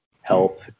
help